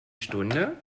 stunde